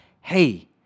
hey